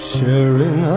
Sharing